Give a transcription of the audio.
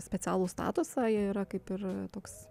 specialų statusą jie yra kaip ir toks